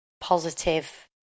positive